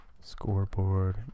Scoreboard